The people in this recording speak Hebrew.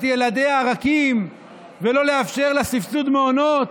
ילדיה הרכים ולא לאפשר לה סבסוד מעונות,